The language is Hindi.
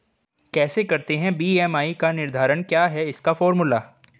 कैसे करते हैं बी.एम.आई का निर्धारण क्या है इसका फॉर्मूला?